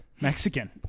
Mexican